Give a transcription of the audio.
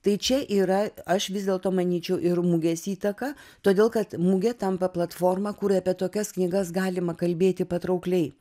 tai čia yra aš vis dėlto manyčiau ir mugės įtaka todėl kad mugė tampa platforma kur apie tokias knygas galima kalbėti patraukliai